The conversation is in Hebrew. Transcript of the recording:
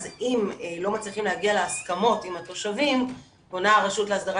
אז אם לא מצליחים להגיע להסכמות עם התושבים פונה הרשות להסדרת